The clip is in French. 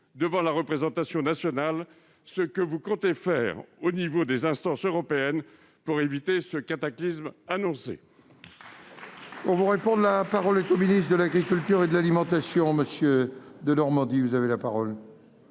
devant la représentation nationale, ce que vous comptez faire au niveau des instances européennes pour éviter ce cataclysme annoncé